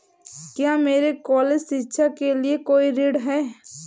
क्या मेरे कॉलेज शिक्षा के लिए कोई ऋण है?